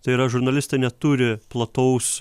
tai yra žurnalistai neturi plataus